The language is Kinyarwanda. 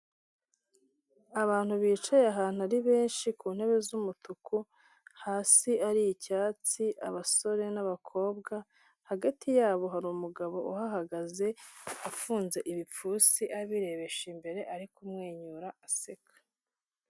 Abantu bicaye ahantu ari benshi ku ntebe z'umutuku hasi ari icyatsi, abasore n'abakobwa hagati yabo hari umugabo uhagaze afunze ibipfunsi abirebesha imbere ari kumwenyura aseka.